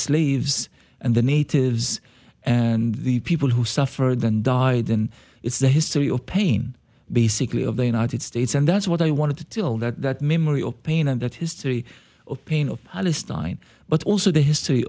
slaves and the natives and the people who suffered and died and it's the history of pain basically of the united states and that's what i wanted to tell that memory of pain and that history of pain of palestine but also the history